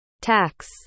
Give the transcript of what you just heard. Tax